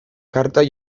karta